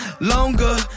Longer